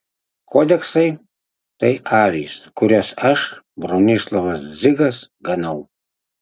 kodeksai tai avys kurias aš bronislovas dzigas ganau